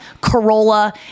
Corolla